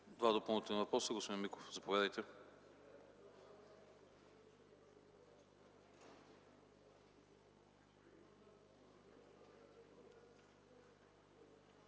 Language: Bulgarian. Два допълнителни въпроса – господин Миков, заповядайте.